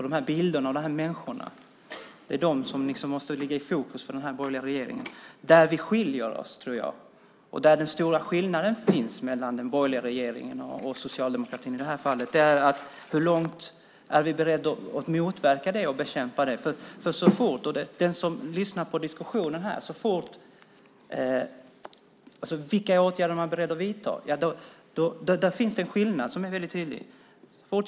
De här bilderna och människorna måste ligga i fokus för den borgerliga regeringen. Den stora skillnaden mellan den borgerliga regeringen och socialdemokratin består i det här fallet i hur långt vi är beredda att gå för att motverka och bekämpa detta. Vilka åtgärder är man beredd att vidta? Där finns en väldigt tydlig skillnad.